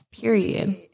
Period